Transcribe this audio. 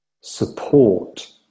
Support